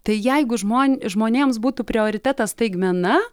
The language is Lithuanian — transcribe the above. tai jeigu žmon žmonėms būtų prioritetas staigmena